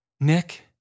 Nick